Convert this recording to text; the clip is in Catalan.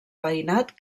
veïnat